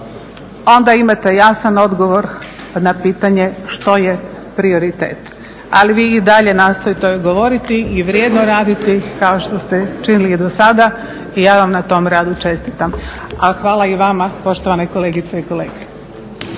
onda imate jasan odgovor na pitanje što je prioritet. Ali vi i dalje nastojte govoriti i vrijedno raditi kao što ste činili i do sada i ja vam na tom radu čestitam. A hvala i vama poštovane kolegice i kolege.